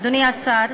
אדוני השר,